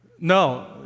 No